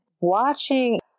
watching